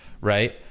right